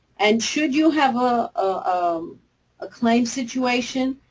and should you have a um ah claim situation,